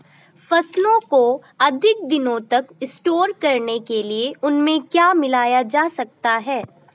फसलों को अधिक दिनों तक स्टोर करने के लिए उनमें क्या मिलाया जा सकता है?